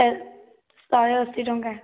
ସେଓ ଶହେ ଅଶୀ ଟଙ୍କା